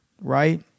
right